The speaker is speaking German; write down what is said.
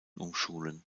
umschulen